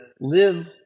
live